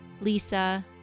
Lisa